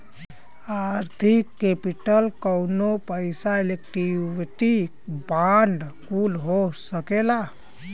आर्थिक केपिटल कउनो पइसा इक्विटी बांड कुल हो सकला